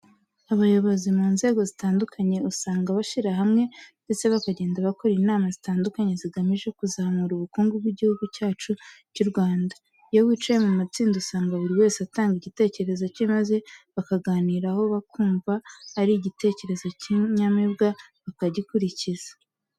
Abayobozi mu nzego zitandukanye usanga bashyira hamwe ndetse bakagenda bakora inama zitandukanye zigamije kuzamura ubukungu bw'Igihugu cyacu cy'u Rwanda. Iyo bicaye mu matsinda usanga buri wese atanga igitekerezo cye maze bakakiganiraho bakumva ari igitekerezo cy'inyamibwa bakagikurikiza.